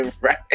right